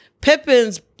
Pippin's